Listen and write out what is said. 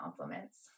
compliments